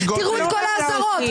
תראו את כל האזהרות.